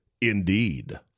Indeed